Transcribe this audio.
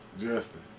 Justin